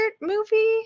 movie